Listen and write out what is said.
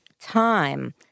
time